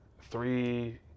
three